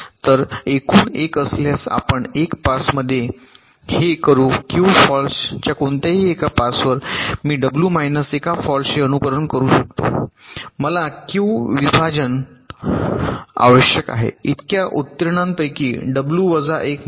तर एकूण 1 असल्यास आपण 1 पासमध्ये हे करू क्यू फॉल्ट्स च्या कोणत्याही एका पासवर मी डब्ल्यू मायनस १ फॉल्ट्सचे अनुकरण करू शकतो म्हणून मला क्यू विभाजन आवश्यक आहे इतक्या उत्तीर्णांपैकी डब्ल्यू वजा 1 मर्यादा